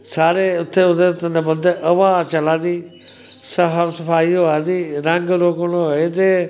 सारे उत्थै ओह्दे थल्लै बौंह्दे हवा चला दी साफ सफाई होआ दी रंग रोगन होए दे